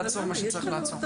לעצור את מה שצריך לעצור.